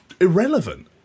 irrelevant